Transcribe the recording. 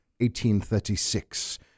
1836